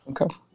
Okay